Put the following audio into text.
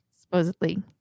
supposedly